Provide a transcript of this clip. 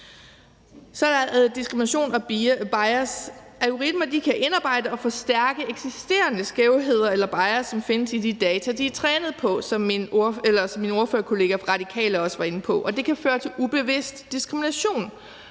Så er der diskrimination og bias. Algoritmer kan indarbejde og forstærke eksisterende skævheder eller bias, som findes i de data, de er trænet på, som mine ordførerkollega fra Radikale Venstre også var inde på, og det kan føre til ubevidst diskrimination.